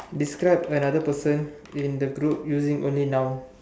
describe another person in the group using only nouns